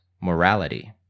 morality